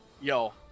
Yo